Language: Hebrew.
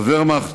הוורמאכט